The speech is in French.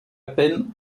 peine